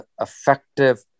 effective